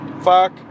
Fuck